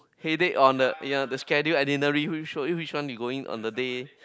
headache on the ya the schedule itinerary which which one you going on the day